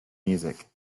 music